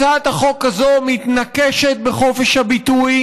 הצעת החוק הזאת מתנקשת בחופש הביטוי,